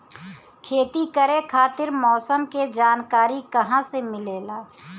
खेती करे खातिर मौसम के जानकारी कहाँसे मिलेला?